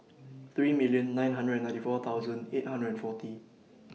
three million nine hundred and ninety four thousand eight hundred and forty